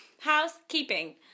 Housekeeping